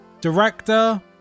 director